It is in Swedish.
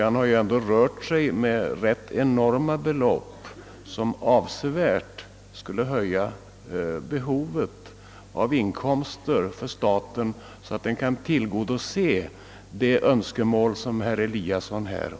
Han har här ändå rört sig med det enorma belopp som avsevärt skulle öka behovet av inkomster för staten, om staten skall kunna tillgodose de önskemål som herr Eliasson framfört.